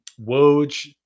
Woj